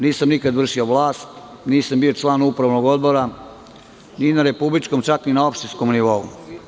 Nisam nikad vršio vlast, nisam bio član upravnog odbora ni na republičkom, čak ni na opštinskom nivou.